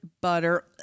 butter